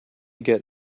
get